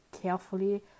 carefully